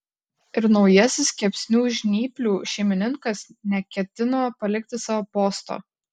ir naujasis kepsnių žnyplių šeimininkas neketino palikti savo posto